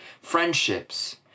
friendships